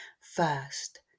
first